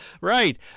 right